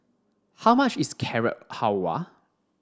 how much is Carrot Halwa